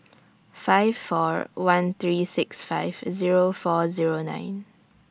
five four one three six five Zero four Zero nine